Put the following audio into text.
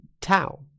Tau